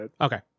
Okay